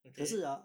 okay